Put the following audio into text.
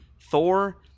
Thor